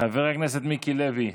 חבר הכנסת מיקי לוי,